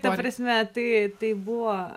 ta prasme tai tai buvo